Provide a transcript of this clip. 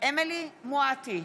אמילי חיה מואטי,